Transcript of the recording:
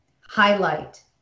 highlight